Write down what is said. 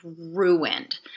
ruined